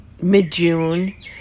mid-June